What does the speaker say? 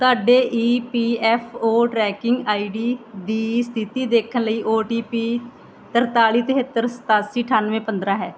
ਤੁਹਾਡੇ E P F O tracking I D ਦੀ ਸਥਿਤੀ ਦੇਖਣ ਲਈ ਓ ਟੀ ਪੀ ਤਰਤਾਲੀ ਤਿਹੱਤਰ ਸਤਾਸੀ ਅਠਾਨਵੇਂ ਪੰਦਰ੍ਹਾਂ ਹੈ